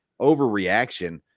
overreaction